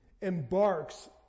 embarks